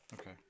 Okay